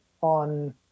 on